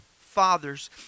fathers